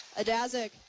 Adazic